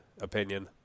opinion